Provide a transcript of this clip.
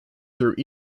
through